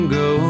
go